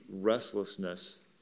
restlessness